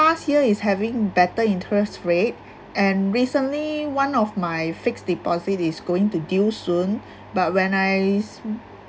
last year it's having better interest rate and recently one of my fixed deposit is going to due soon but when I